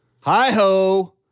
Hi-ho